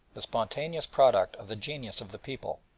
the spontaneous product of the genius of the people,